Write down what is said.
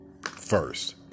first